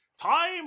time